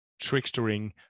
trickstering